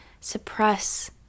suppress